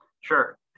Sure